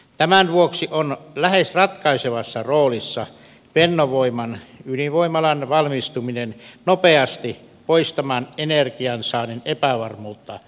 tämän vuoksi on lähes ratkaisevassa roolissa fennovoiman ydinvoimalan valmistuminen nopeasti poistamaan energiansaannin epävarmuutta suurteollisuudelta